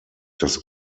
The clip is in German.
dass